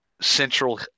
central